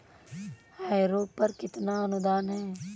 Harrow पर कितना अनुदान है?